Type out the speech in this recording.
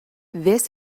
this